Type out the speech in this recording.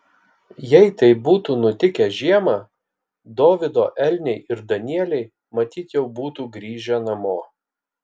jei tai būtų nutikę žiemą dovydo elniai ir danieliai matyt jau būtų grįžę namo